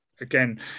Again